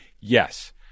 Yes